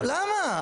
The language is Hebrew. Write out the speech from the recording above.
למה?